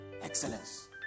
excellence